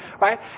right